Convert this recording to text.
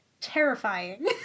terrifying